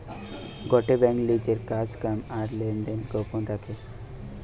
গটে বেঙ্ক লিজের কাজ কাম আর লেনদেন গোপন রাখে